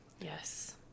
Yes